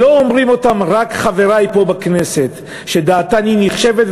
שלא אומרים אותן רק חברי פה בכנסת, שדעתם נחשבת.